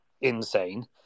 insane